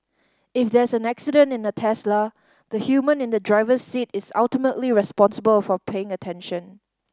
if there's an accident in a Tesla the human in the driver's seat is ultimately responsible for paying attention